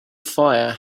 fire